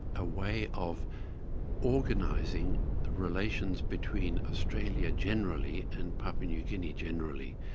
a way of organising relations between australia generally and papua new guinea generally.